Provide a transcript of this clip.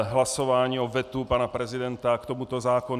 Hlasování o vetu pana prezidenta k tomuto zákonu.